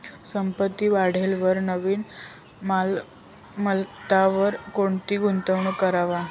संपत्ती वाढेलवर नवीन मालमत्तावर कोणती गुंतवणूक करवा